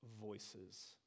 voices